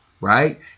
right